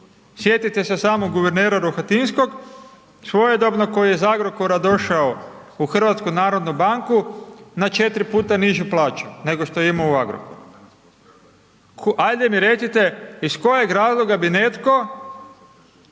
Sjetite se samo guvernera Rohatinskog svojedobno koji je iz Agrokora došao u HNB na 4 puta nižu plaću nego što je imao u Agrokoru. Ajde mi recite, iz kojeg razloga bi netko